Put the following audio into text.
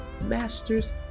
master's